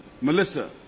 Melissa